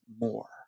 more